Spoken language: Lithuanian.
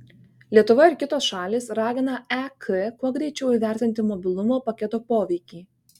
lietuva ir kitos šalys ragina ek kuo greičiau įvertinti mobilumo paketo poveikį